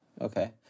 Okay